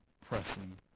pressing